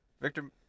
Victor